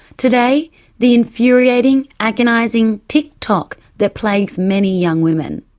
today the infuriating, agonising tick-tock that plagues many young women.